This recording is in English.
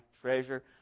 treasure